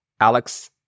Alex